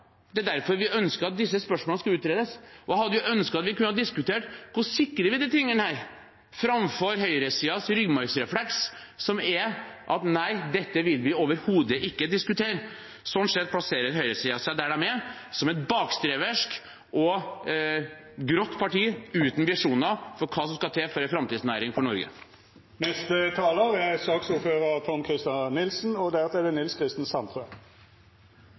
det er derfor vi ønsker at disse spørsmålene skal utredes. Vi hadde ønsket at vi kunne diskutert hvordan vi sikrer disse tingene, framfor høyresidens ryggmargsrefleks, som er at dette vil vi overhodet ikke diskutere. Sånn sett plasserer høyresiden seg der de er, som et bakstreversk og grått parti uten visjoner for hva som skal til for en framtidsnæring for Norge. Siste taler har en så unøyaktig historiebeskrivelse at det er